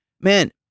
man